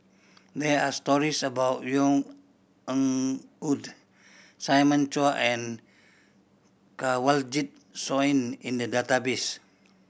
there are stories about Yvonne Ng Uhde Simon Chua and Kanwaljit Soin in the database